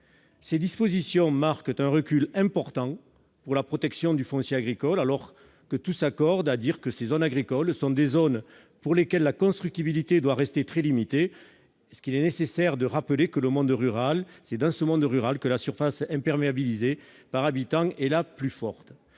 Ces dispositions marquent un recul important pour la protection du foncier agricole, alors que tous s'accordent à dire que ces zones agricoles sont des zones pour lesquelles la constructibilité doit rester très limitée. Est-il nécessaire de rappeler que c'est dans ce monde rural que la surface imperméabilisée par habitant est la plus forte